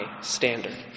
standard